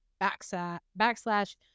backslash